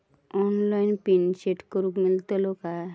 Online pin set करूक मेलतलो काय?